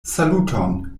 saluton